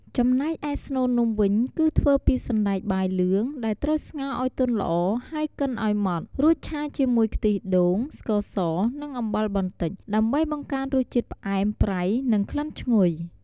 ចំណែកឯ ស្នូលនំ វិញ គឺធ្វើពី សណ្ដែកបាយលឿង ដែលត្រូវស្ងោរឲ្យទុនល្អ ហើយកិនឲ្យម៉ដ្ឋ រួចឆាជាមួយខ្ទិះដូង ស្ករស និង អំបិលបន្តិច ដើម្បីបង្កើនរសជាតិផ្អែមប្រៃ និងក្លិនឈ្ងុយ។